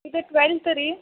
ಇದು ಟ್ವೆಲ್ತ್ ರಿ